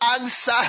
answer